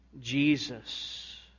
Jesus